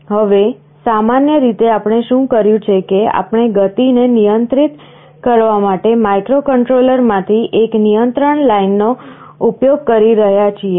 હવે સામાન્ય રીતે આપણે શું કર્યું છે કે આપણે ગતિને નિયંત્રિત કરવા માટે માઇક્રોકન્ટ્રોલરમાંથી એક નિયંત્રણ લાઈનનો ઉપયોગ કરી રહ્યાં છીએ